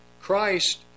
Christ